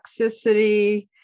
toxicity